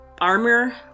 armor